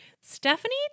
Stephanie